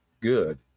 good